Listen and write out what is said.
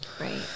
right